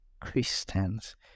Christians